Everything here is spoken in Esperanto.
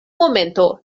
momento